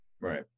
Right